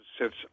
sits